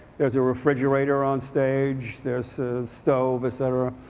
there's a refrigerator on stage, there's a stove, et cetera.